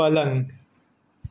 પલંગ